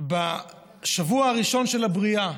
בשבוע הראשון של הבריאה,